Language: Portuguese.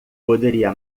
poderia